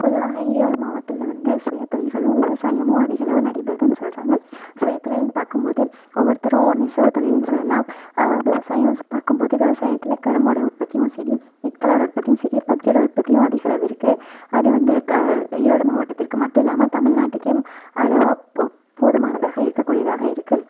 பொதுவாக ஈரோடு மாவட்டத்தில் வந்து சுயதொழில்களும் விவசாயமும் அதிகளவு நடைபெறுதுன்னு சொல்கிறாங்க சுயதொழில்னு பார்க்கும்போது ஒவ்வொருத்தரும் ஒரு நெசவுத்தொழில்னு சொல்லலாம் விவசாயம் பார்க்கும்போது விவசாயத்தில் கரும்போட உற்பத்தியும் சரி நெற்களோட உற்பத்தியும் சரி பருத்தியோட உற்பத்தியும் அதிகளவு இருக்கு அது வந்து ஈரோடு மாவட்டத்திற்கு மட்டும் இல்லாமல் தமிழ்நாட்டுக்கே அளவாக போதுமானதாக இருக்கக்கூடியதாக இருக்கு